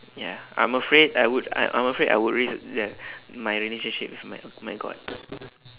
ya I'm afraid I would I I'm afraid I would risk the my relationship with my my god